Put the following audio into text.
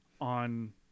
on